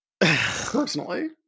personally